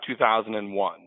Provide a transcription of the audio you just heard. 2001